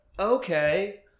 Okay